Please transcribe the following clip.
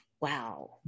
wow